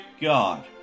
God